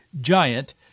giant